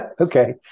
Okay